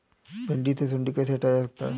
भिंडी से सुंडी कैसे हटाया जा सकता है?